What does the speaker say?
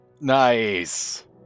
nice